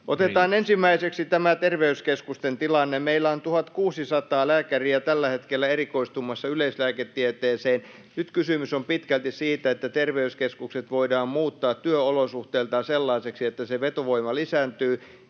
Otetaan ensimmäiseksi terveyskeskusten tilanne: Meillä on 1 600 lääkäriä tällä hetkellä erikoistumassa yleislääketieteeseen. Nyt kysymys on pitkälti siitä, että terveyskeskukset voidaan muuttaa työolosuhteiltaan sellaisiksi, että vetovoima lisääntyy.